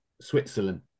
Switzerland